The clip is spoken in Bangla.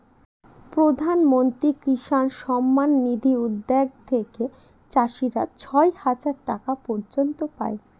প্রধান মন্ত্রী কিষান সম্মান নিধি উদ্যাগ থেকে চাষীরা ছয় হাজার টাকা পর্য়ন্ত পাই